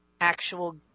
actual